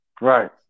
Right